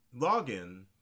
login